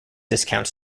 discount